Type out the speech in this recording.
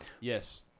yes